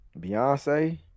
Beyonce